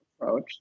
approach